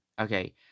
okay